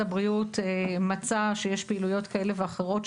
הבריאות מצא שיש פעילויות כאלה ואחרות,